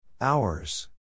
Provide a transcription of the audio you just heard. Hours